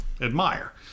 admire